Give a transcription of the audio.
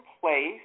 place